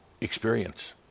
experience